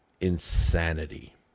insanity